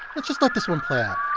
let's just let this one play